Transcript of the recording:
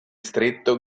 stretto